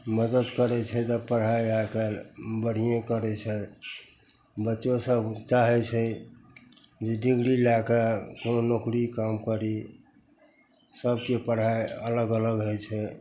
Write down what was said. मदति करै छै तऽ पढ़ाइ आइकाल्हि बढ़िएँ करै छै बच्चोसभ चाहै छै जे डिग्री लैके कोनो नोकरी काम करी सभके पढ़ाइ अलग अलग होइ छै